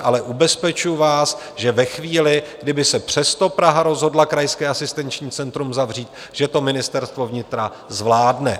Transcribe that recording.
Ale ubezpečuji vás, že ve chvíli, kdy by se přesto Praha rozhodla krajské asistenční centrum zavřít, že to Ministerstvo vnitra zvládne.